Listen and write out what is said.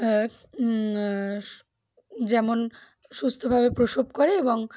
যেমন সুস্থভাবে প্রসব করে এবং